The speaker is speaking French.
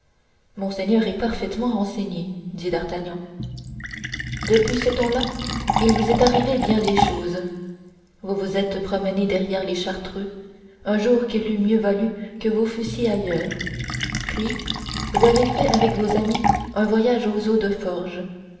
monseigneur est parfaitement renseigné dit d'artagnan depuis ce temps-là il vous est arrivé bien des choses vous vous êtes promené derrière les chartreux un jour qu'il eût mieux valu que vous fussiez ailleurs puis vous avez fait avec vos amis un voyage aux eaux de forges